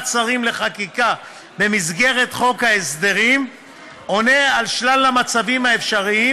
שרים לחקיקה במסגרת חוק ההסדרים עונה על שלל המצבים האפשריים,